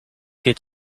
geht